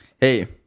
Hey